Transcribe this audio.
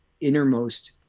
innermost